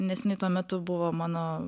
nes jinai tuo metu buvo mano